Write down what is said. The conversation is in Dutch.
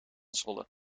zwolle